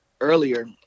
earlier